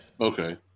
Okay